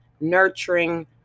nurturing